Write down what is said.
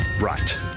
Right